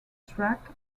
track